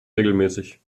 regelmäßig